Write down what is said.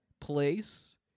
Place